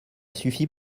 suffit